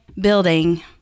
building